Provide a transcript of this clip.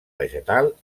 vegetal